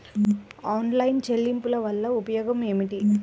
Online చెల్లింపుల వల్ల ఉపయోగమేమిటీ?